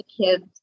kids